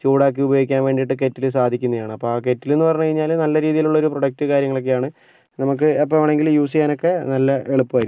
ചൂടാക്കി ഉപയോഗിക്കാൻ വേണ്ടിയിട്ട് കെറ്റിൽ സാധിക്കുന്നതാണ് അപ്പം ആ കെറ്റിലെന്ന് പറഞ്ഞു കഴിഞ്ഞാൽ നല്ല രീതിയിലുള്ളൊരു പ്രൊഡക്റ്റ് കാര്യങ്ങളൊക്കെയാണ് നമുക്ക് എപ്പം വേണമെങ്കിലും യൂസ് ചെയ്യാനൊക്കെ നല്ല എളുപ്പമായിരിക്കും